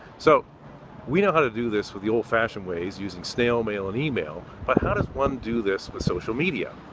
so we know how to do this with the old-fashioned ways using snail mail and email but how does one do this with social media?